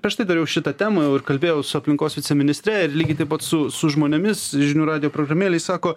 prieš tai dariau šitą temą jau ir kalbėjau su aplinkos viceministre ir lygiai taip pat su su žmonėmis žinių radijo programėlėj sako